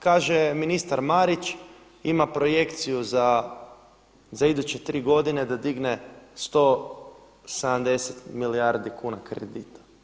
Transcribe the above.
Kaže ministar Marić ima projekciju za iduće tri godine da digne 170 milijardi kuna kredita.